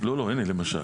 הנה למשל.